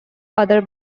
other